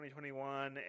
2021